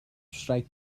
strike